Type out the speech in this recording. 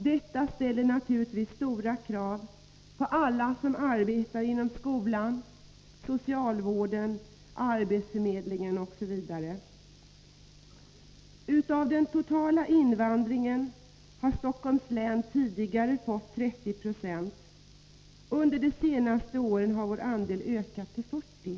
Detta ställer naturligtvis stora krav på alla som arbetar inom skolan, socialvården, arbetsförmedlingen osv. Av den totala invandringen har Stockholms län tidigare fått 30 26. Under 69 de senaste åren har vår andel ökat till 40 96.